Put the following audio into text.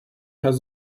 was